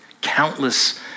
countless